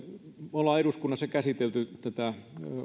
olemme eduskunnassa käsitelleet tätä